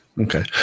Okay